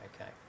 Okay